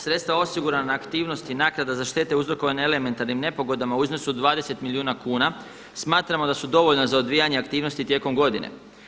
Sredstva osigurana aktivnosti naknada za štete uzrokovane elementarnim nepogodama u iznosu od 20 milijuna kuna smatramo da su dovoljno za odvijanje aktivnosti tijekom godine.